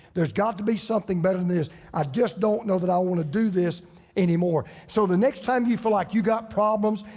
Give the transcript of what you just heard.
there's got to be something better than this. i just don't know that i wanna do this anymore. so the next time you feel like you got problems,